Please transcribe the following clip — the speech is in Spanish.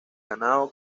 ganado